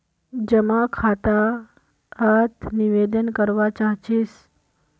जमा खाता त निवेदन करवा चाहीस?